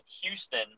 Houston